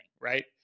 right